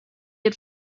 had